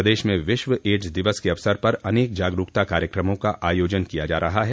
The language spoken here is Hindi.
प्रदेश में विश्व एड्स दिवस के अवसर पर अनेक जागरूकता कार्यक्रमों का आयोजन किया जा रहा है